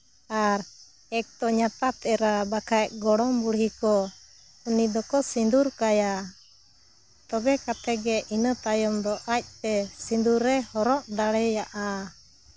ᱟᱨ ᱮᱹᱠᱛᱚ ᱧᱟᱛᱟᱛ ᱮᱨᱟ ᱵᱟᱠᱷᱟᱡ ᱜᱚᱲᱚᱢ ᱵᱩᱲᱦᱤ ᱠᱚ ᱩᱱᱤ ᱫᱚᱠᱚ ᱥᱤᱸᱫᱩᱨ ᱠᱟᱭᱟ ᱛᱚᱵᱮ ᱠᱟᱛᱮ ᱜᱮ ᱤᱱᱟᱹ ᱛᱟᱭᱚᱢ ᱫᱚ ᱟᱡᱼᱮ ᱥᱤᱸᱫᱩᱨᱮ ᱦᱚᱨᱚᱜ ᱫᱟᱲᱮᱭᱟᱜᱼᱟ